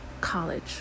college